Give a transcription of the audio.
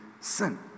sin